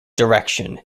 direction